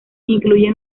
incluye